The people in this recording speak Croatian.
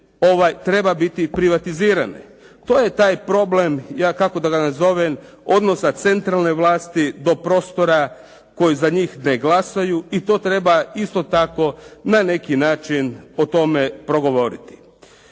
treba biti privatizirane. To je taj problem, ja kako da ga nazovem, odnosa centralne vlasti do prostora koji za njih ne glasaju i to treba isto tako na neki način o tome progovoriti.